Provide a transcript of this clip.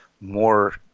more